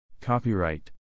Copyright